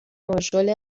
ماژول